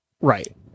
Right